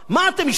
מה, אתם השתגעתם?